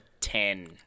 ten